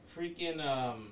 Freaking